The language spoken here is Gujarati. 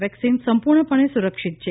વેકસીન સંપૂર્ણપણે સુરક્ષિત છે